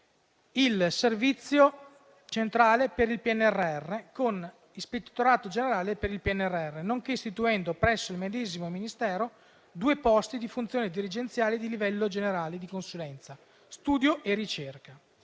il Servizio centrale per il PNRR con l'ispettorato generale per il PNRR, nonché istituendo presso il medesimo Ministero due posti di funzione dirigenziale di livello generale di consulenza, studio e ricerca.